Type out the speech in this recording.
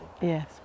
yes